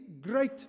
great